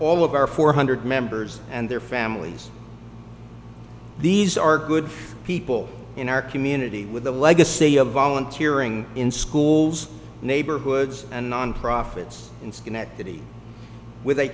all of our four hundred members and their families these are good people in our community with a legacy of volunteer ing in schools neighborhoods and nonprofits in schenectady w